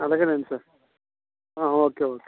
అలాగే అండి sir okay okay